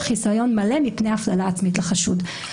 חיסיון מלא מפני הפללה עצמית לחשוד.